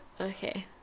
Okay